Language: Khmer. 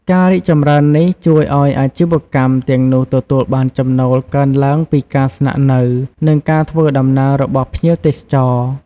ការរីកចម្រើននេះជួយឲ្យអាជីវកម្មទាំងនោះទទួលបានចំណូលកើនឡើងពីការស្នាក់នៅ និងការធ្វើដំណើររបស់ភ្ញៀវទេសចរ។